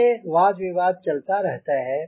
ऐसे वाद विवाद चलता रहता है